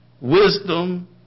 Wisdom